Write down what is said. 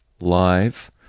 live